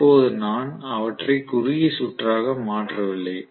இப்போது நான் அவற்றை குறுகிய சுற்றாக மாற்றவில்லை